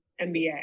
MBA